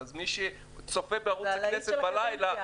-- אז מי שצופה בערוץ הכנסת בלילה,